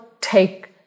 take